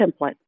template